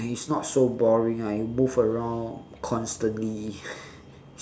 and it's not so boring ah you move around constantly